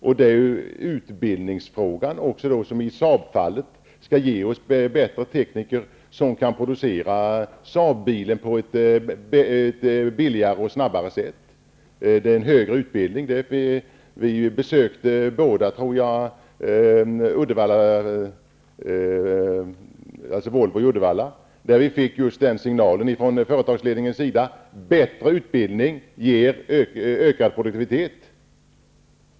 Det är genom satsningen på utbildningen som vi skall få bättre tekniker, som kan producera Saab-bilen på ett billigare och snabbare sätt. Jag tror att även Lars Bäckström var med vid besöket på Volvo i Uddevalla. Vi fick där från företagsledningens sida just den signalen, att bättre utbildning ger ökad produktivitet.